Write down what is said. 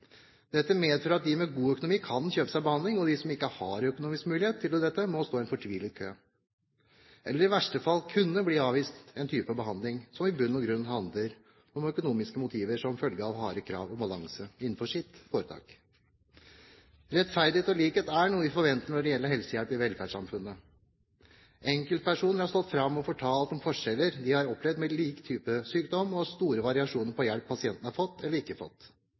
dette landet når det gjelder helsespørsmål. Det medfører at pasienter med god økonomi kan kjøpe seg behandling, og de som ikke har økonomisk mulighet til det, må stå fortvilet i en kø, eller i verste fall kunne bli avvist når det gjelder en type behandling som i bunn og grunn handler om økonomiske motiver som følge av harde krav om balanse innenfor foretaket. Rettferdighet og likhet er noe vi forventer når det gjelder helsehjelp i velferdssamfunnet. Enkeltpersoner har stått fram og fortalt om forskjeller de har opplevd med lik type sykdom, og om store variasjoner i hjelp pasientene har fått, eller ikke fått.